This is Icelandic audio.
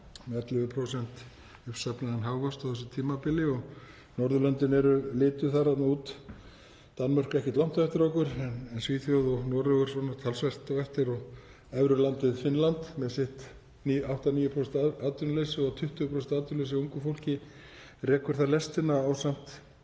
með 11% uppsafnaðan hagvöxt á þessu tímabili og Norðurlöndin eru lituð þarna, Danmörk ekkert langt á eftir okkur en Svíþjóð og Noregur talsvert á eftir og evrulandið Finnland með sitt 8–9% atvinnuleysi og 20% atvinnuleysi hjá ungu fólki rekur lestina ásamt